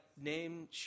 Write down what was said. name